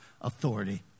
authority